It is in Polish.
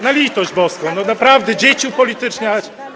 Na litość boską, no, naprawdę, dzieci upolityczniać?